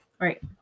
Right